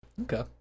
okay